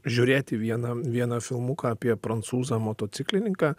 žiūrėti vieną vieną filmuką apie prancūzą motociklininką